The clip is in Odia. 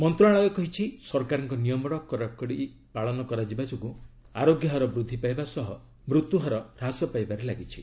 ମନ୍ତ୍ରଣାଳୟ କହିଛି ସରକାରଙ୍କ ନିୟମର କଡାକଡି ପାଳନ କରାଯିବା ଯୋଗୁଁ ଆରୋଗ୍ୟହାର ବୃଦ୍ଧି ପାଇବା ସହ ମୃତ୍ୟୁହାର ହ୍ରାସ ପାଇବାରେ ଲାଗିଛି